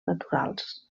naturals